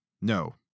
No